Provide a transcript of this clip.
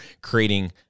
creating